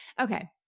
Okay